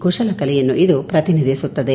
ಕುಶಲ ಕಲೆಯನ್ನು ಇದು ಪ್ರತಿನಿಧಿಸುತ್ತದೆ